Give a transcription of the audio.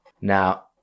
Now